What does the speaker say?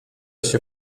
się